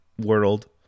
world